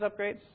upgrades